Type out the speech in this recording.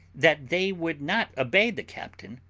that they would not obey the captain,